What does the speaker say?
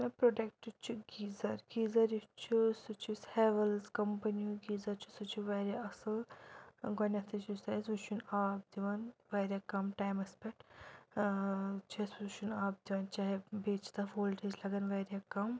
سَر product چھُ geyser geyser یُس چھُ سُہ چھُ ہیوٕلٕز کمپنی ہُند گیٖزر سُہ چھُ واریاہ اَصٕل گۄڈنٮ۪تھٕے چھُ سُہ آسہِ وٕچھُن آب دِوان واریاہ کم ٹایمس پٮ۪ٹھ چھُ اَسہِ وٕچھُن آب دِوان چاہے بیٚیہِ چھُ تَتھ وولٹیج لگان واریاہ کم